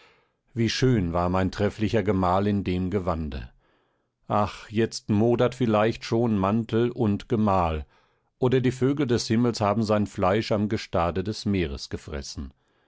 wie schön war mein trefflicher gemahl in dem gewande ach jetzt modert vielleicht schon mantel und gemahl oder die vögel des himmels haben sein fleisch am gestade des meeres gefressen